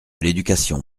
l’éducation